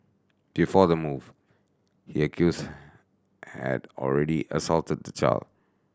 before the move he accused had already assaulted the child